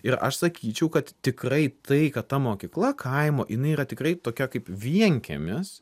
ir aš sakyčiau kad tikrai tai kad ta mokykla kaimo jinai yra tikrai tokia kaip vienkiemis